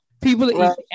people